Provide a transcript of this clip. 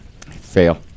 Fail